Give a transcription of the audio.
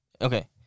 Okay